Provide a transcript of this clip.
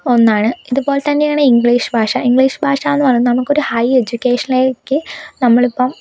ഒന്നാണ് ഇതുപോലെ തന്നെയാണ് ഇംഗ്ളീഷ് ഭാഷ ഇംഗ്ളീഷ് ഭാഷാന്ന് പറയുന്നത് നമുക്കൊരു ഹൈ എജ്യൂക്കേഷണലേക്ക് നമ്മളിപ്പം